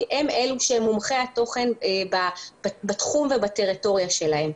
ואלו הם מומחי התוכן בתחום ובטריטוריה שלהם.